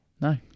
No